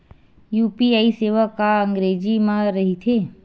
UPI सेवा का अंग्रेजी मा रहीथे?